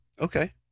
Okay